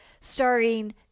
starring